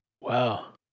Wow